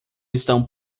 estão